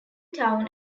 town